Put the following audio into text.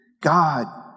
God